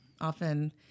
often